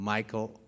Michael